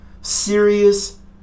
serious